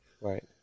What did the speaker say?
Right